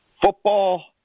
football